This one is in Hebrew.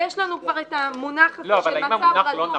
ויש לנו כבר את המונח "מצב רדום"